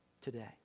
today